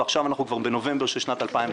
ועכשיו אנחנו כבר בנובמבר של שנת 2019,